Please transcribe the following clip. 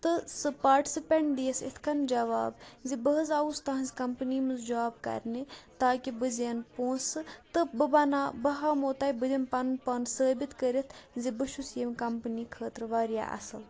تہٕ سُہ پاٹسِپینٛٹ دِیَس یِتھ کَن جَواب زِ بہٕ حظ آوُس تُہٕنٛز کَمپٔنی منٛز جاب کَرنہِ تاکہِ بہٕ زینہٕ پونٛسہٕ تہٕ بہٕ بَناو بہٕ ہاومو تۄہہِ بہٕ دِمہٕ پَنُن پان ثٲبِت کٔرِتھ زِ بہٕ چھُس ییٚمہِ کَمپٔنی خٲطرٕ واریاہ اَصٕل